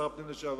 שר הפנים לשעבר.